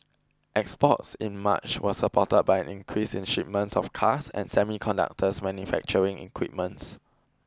exports in March was supported by an increase in shipments of cars and semiconductor manufacturing equipments